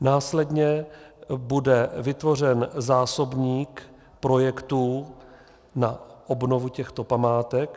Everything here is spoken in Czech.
Následně bude vytvořen zásobník projektů na obnovu těchto památek.